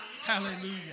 hallelujah